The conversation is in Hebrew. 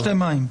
לך תשתה מים.